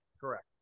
Correct